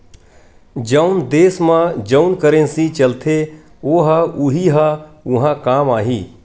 जउन देस म जउन करेंसी चलथे ओ ह उहीं ह उहाँ काम आही